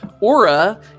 aura